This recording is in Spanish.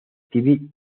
steven